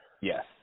Yes